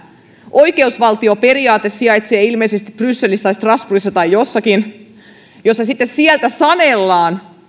oikeusvaltioperiaate sijaitsee ilmeisesti brysselissä tai strasbourgissa tai jossakin josta sitten sanellaan